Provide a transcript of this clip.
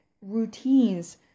routines